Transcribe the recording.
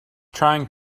trying